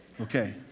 Okay